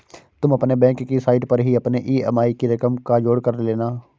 तुम अपने बैंक की साइट पर ही अपने ई.एम.आई की रकम का जोड़ कर लेना